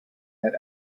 that